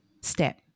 step